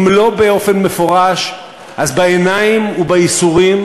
אם לא באופן מפורש אז בעיניים ובייסורים,